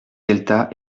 gueltas